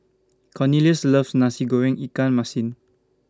Cornelius loves Nasi Goreng Ikan Masin